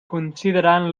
considerant